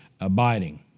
abiding